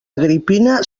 agripina